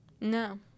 No